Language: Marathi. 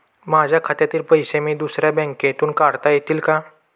माझ्या खात्यातील पैसे मी दुसऱ्या बँकेतून काढता येतील का?